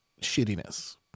shittiness